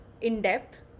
in-depth